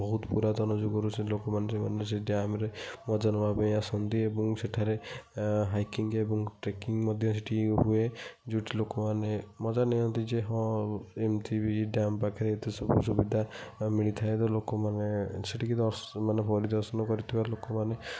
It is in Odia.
ବହୁତ ପୁରାତନ ଯୁଗରୁ ଲୋକ ମାନେ ସେ ଡ଼୍ୟାମ୍ରେ ମଜା ନେବା ପାଇଁ ଆସନ୍ତି ଏବଂ ସେଠାରେ ହାଇକିଙ୍ଗ୍ ଏବଂ ଟର୍କିଂ ମଧ୍ୟ ସେଠି ହୁଏ ଯେଉଁଠି ଲୋକ ମାନେ ମଜା ନିଅନ୍ତି ଯେ ହଁ ଏମିତି ବି ଡ଼୍ୟାମ୍ ପାଖରେ ଏତେ ସବୁ ସୁବିଧା ମିଳିଥାଏ ତ ଲୋକ ମାନେ ସେଠିକି ମାନେ ପରିଦର୍ଶନ କରିଥିବା ଲୋକମାନେ